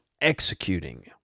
executing